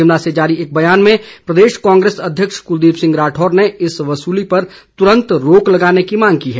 शिमला से जारी एक ब्यान में प्रदेश कांग्रेस अध्यक्ष कुलदीप सिंह राठौर ने इस बसूली पर तुरंत रोक लगाने की मांग की है